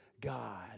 God